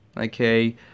Okay